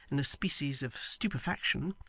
in a species of stupefaction,